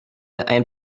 ein